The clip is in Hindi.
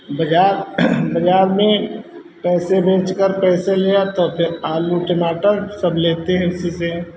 बाज़ार बाज़ार में पैसे बेचकर पैसे ले आते हैं फिर आलू टमाटर सब लेते हैं उसी से